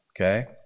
Okay